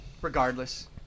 regardless